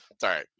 Sorry